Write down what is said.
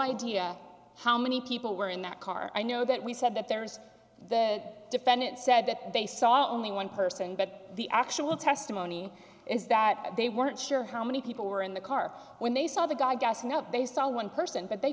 idea how many people were in that car i know that we said that there's the defendant said that they saw only one person but the actual testimony is that they weren't sure how many people were in the car when they saw the guy gassing up they saw one person but they